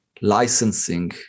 licensing